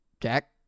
Jack